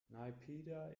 naypyidaw